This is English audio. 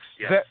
yes